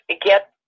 get